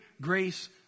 grace